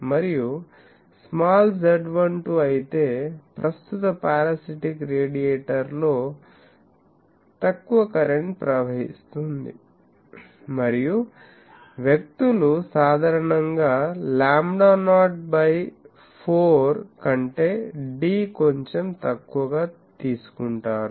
మరియు small Z12 అయితే ప్రస్తుత పారాసిటిక్ రేడియేటర్ లో తక్కువ కరెంట్ ప్రవహిస్తుంది మరియు వ్యక్తులు సాధారణంగా లాంబ్డా నాట్ బై 4 కంటే d కొంచెం తక్కువగా గా తీసుకుంటారు